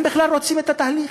הם בכלל רוצים את התהליך,